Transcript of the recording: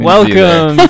Welcome